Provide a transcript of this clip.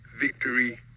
Victory